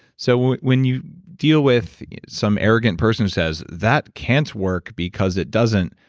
so when you deal with some arrogant person who says, that can't work because it doesn't.